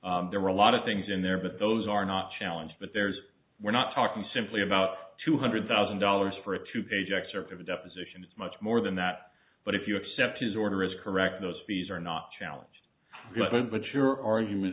lie there were a lot of things in there but those are not challenge but there's we're not talking simply about two hundred thousand dollars for a two page excerpt of a deposition it's much more than that but if you accept his order is correct those fees are not challenged good but your argument